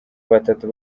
batatu